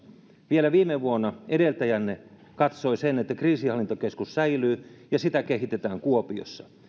vielä viime vuonna edeltäjänne katsoi että kriisinhallintakeskus säilyy ja sitä kehitetään kuopiossa